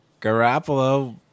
Garoppolo